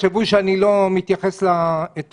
יחשבו שאני לא מתייחס לאתמול.